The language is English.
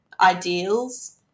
ideals